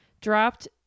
dropped